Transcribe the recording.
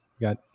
got